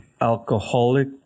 alcoholic